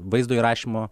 vaizdo įrašymo